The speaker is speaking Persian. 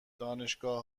دانشگاه